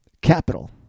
capital